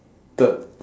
~ed